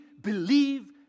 believe